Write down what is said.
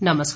नमस्कार